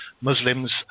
Muslims